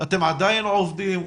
אתם עדיין עובדים?